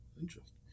Interesting